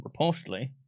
reportedly